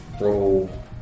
roll